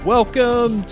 Welcome